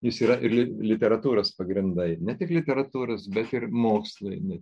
jis yra ir li literatūros pagrindai ne tik literatūros bet ir mokslini